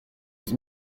was